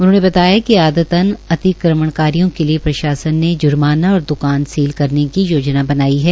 उन्होंने बताया कि आदतन अतिक्रमणकारियों के लिए प्रशासन ने जुर्माना और द्कान सील करने की योजना बनाई है